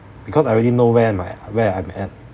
because I already know where my where I'm at